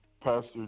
Pastor